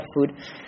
food